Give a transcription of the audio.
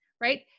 right